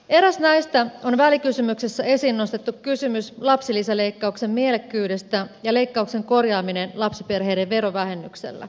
eräs näistä on välikysymyksessä esiin nostettu kysymys lapsilisäleikkauksen mielekkyydestä ja leikkauksen korjaaminen lapsiperheiden verovähennyksellä